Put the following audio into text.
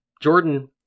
Jordan